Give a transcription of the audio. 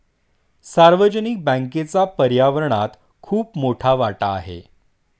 सार्वजनिक बँकेचा पर्यावरणात खूप मोठा वाटा आहे